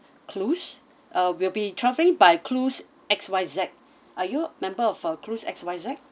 cruise uh we'll be travelling by cruise X Y Z are you member of uh cruise X Y Z